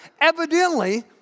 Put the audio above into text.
Evidently